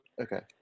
Okay